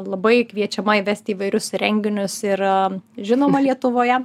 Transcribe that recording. labai kviečiama vesti įvairius renginius yra žinoma lietuvoje